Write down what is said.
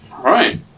Right